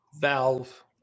Valve